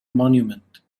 monument